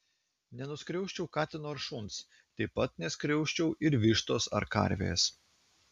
nenuskriausčiau katino ar šuns taip pat neskriausčiau ir vištos ar karvės